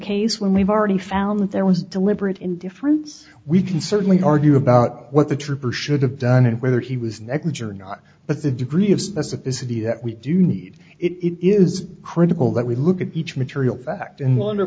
case when we've already found that there was deliberate indifference we can certainly argue about what the trooper should have done and whether he was neck injury or not but the degree of specificity that we do need it is critical that we look at each material fact in one o